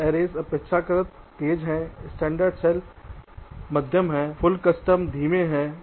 gate सरणी अपेक्षाकृत तेज हैस्टैंडर्ड सेल मध्यम है पूर्ण कस्टम धीमा है